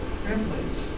privilege